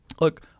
Look